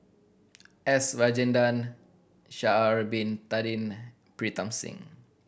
S Rajendran Sha'ari Bin Tadin Pritam Singh